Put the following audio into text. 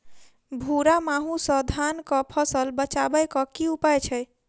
भूरा माहू सँ धान कऽ फसल बचाबै कऽ की उपाय छै?